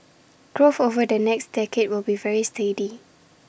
growth over the next decade will be very steady